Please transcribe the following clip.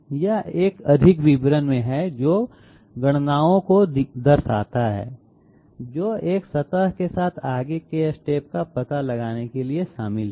यह एक अधिक विवरण में है जो गणनाओं को दर्शाता है जो एक सतह के साथ आगे के स्टेप का पता लगाने के लिए शामिल हैं